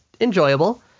enjoyable